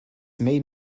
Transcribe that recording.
made